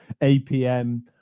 APM